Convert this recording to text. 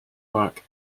work